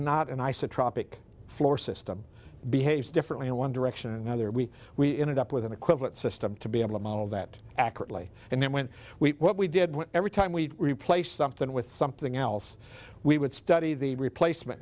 not an isotropic floor system behaves differently in one direction or another we we ended up with an equivalent system to be able to model that accurately and then when we what we did every time we replace something with something else we would study the replacement